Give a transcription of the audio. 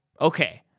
okay